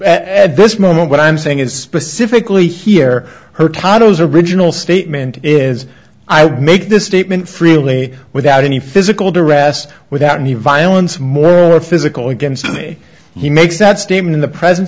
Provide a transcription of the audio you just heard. at this moment what i'm saying is specifically here hurtado is original statement is i would make this statement freely without any physical duress without any violence moral or physical against me he makes that statement in the presence